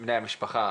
בי המשפחה.